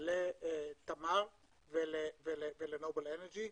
לתמר ולנובל אנרג'י.